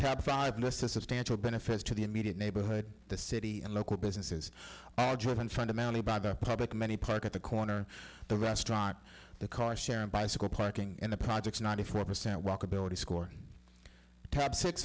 top five list a substantial benefits to the immediate neighborhood the city and local businesses fundamentally about the public many park at the corner the restaurant the car sharing bicycle parking and the projects ninety four percent walkability score tabs